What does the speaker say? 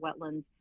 wetlands